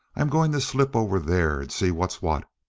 i'm going to slip over there and see what's what.